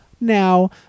now